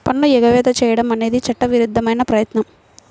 పన్ను ఎగవేత చేయడం అనేది చట్టవిరుద్ధమైన ప్రయత్నం